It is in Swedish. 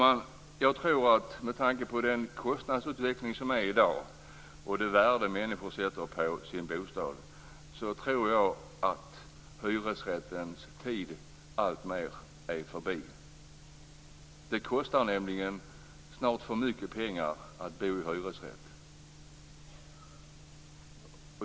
Fru talman! Med tanke på den kostnadsutveckling som är i dag och det värde människor sätter på sin bostad tror jag att hyresrättens tid alltmer är förbi. Det kostar nämligen snart för mycket pengar att bo i hyresrätt.